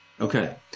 okay